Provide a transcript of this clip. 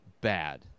Bad